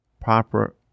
Proper